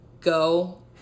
go